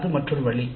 அது மற்றொரு வழி